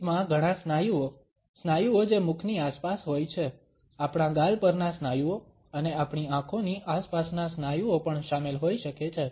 સ્મિતમાં ઘણા સ્નાયુઓ સ્નાયુઓ જે મુખની આસપાસ હોય છે આપણા ગાલ પરના સ્નાયુઓ અને આપણી આંખોની આસપાસના સ્નાયુઓ પણ શામેલ હોઈ શકે છે